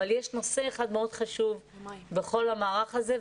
אבל יש נושא אחד מאוד חשוב בכל המערך הזה,